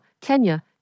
Kenya